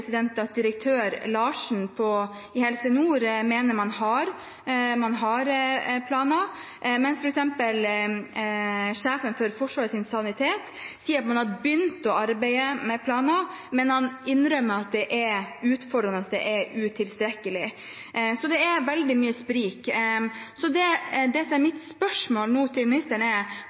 at direktør Larsen i Helse Nord mener at man har planer, mens f.eks. sjefen for Forsvarets sanitet sier at man har begynt å arbeide med planer, men innrømmer at det er utfordrende og utilstrekkelig. Så det er veldig mye sprik. Det som er mitt spørsmål til ministeren nå, er: